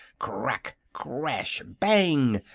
crack! crash! bang!